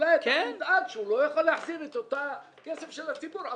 אולי אתה מודאג שהוא לא יוכל להחזיר את הכסף של הציבור.